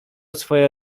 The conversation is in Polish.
swoje